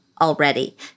already